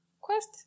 quest